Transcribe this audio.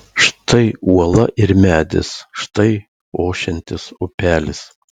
štai uola ir medis štai ošiantis upelis